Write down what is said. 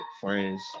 friends